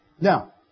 Now